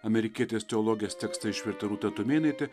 amerikietės teologės tekstą išvertė rūta tumėnaitė